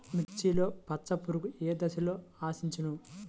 మిర్చిలో పచ్చ పురుగు ఏ దశలో ఆశించును?